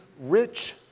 rich